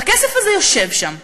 והכסף הזה יושב שם,